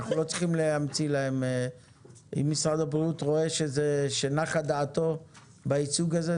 אם משרד הבריאות רואה שנחה דעתו בייצוג הזה,